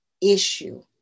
issue